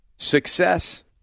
Success